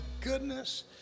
goodness